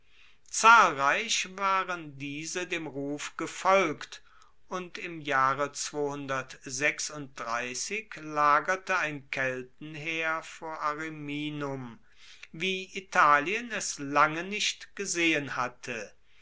zahlreich waren diese dem ruf gefolgt und im jahre lagerte ein keltenheer vor ariminum wie italien es lange nicht gesehen hatte